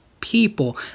people